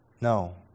No